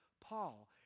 Paul